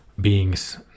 beings